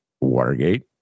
Watergate